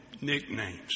nicknames